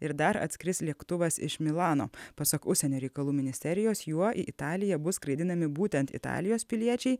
ir dar atskris lėktuvas iš milano pasak užsienio reikalų ministerijos juo į italiją bus skraidinami būtent italijos piliečiai